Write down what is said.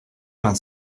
vingt